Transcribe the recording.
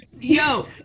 Yo